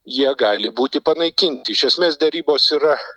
jie gali būti panaikinti iš esmės derybos yra